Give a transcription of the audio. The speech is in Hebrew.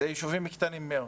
אלה ישובים קטנים מאוד.